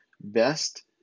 Best